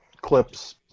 clips